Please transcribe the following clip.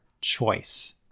choice